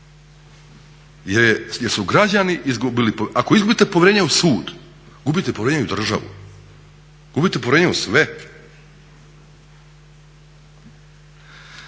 jer su građani izgubili. Ako izgubite povjerenje u sud gubite povjerenje u državu, gubite povjerenje u sve.